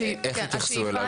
איך יתייחסו אליו או אליה?